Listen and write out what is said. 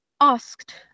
asked